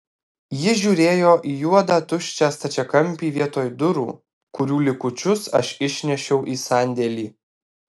ji žiūrėjo į juodą tuščią stačiakampį vietoj durų kurių likučius aš išnešiau į sandėlį